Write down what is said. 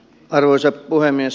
arvoisa puhemies